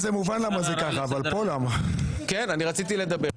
כן, אני רציתי לדבר.